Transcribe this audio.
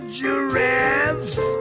giraffes